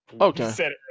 Okay